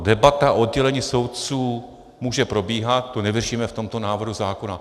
Debata o oddělení soudců může probíhat, to nevyřešíme v tomto návrhu zákona.